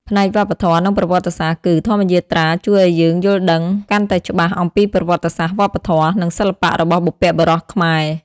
ផ្នែកវប្បធម៌ និងប្រវត្តិសាស្ត្រ គឺ ធម្មយាត្រាជួយឲ្យយើងយល់ដឹងកាន់តែច្បាស់អំពីប្រវត្តិសាស្ត្រ វប្បធម៌ និងសិល្បៈរបស់បុព្វបុរសខ្មែរ។